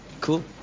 Cool